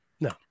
No